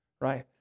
right